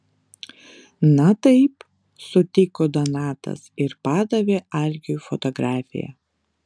na taip sutiko donatas ir padavė algiui fotografiją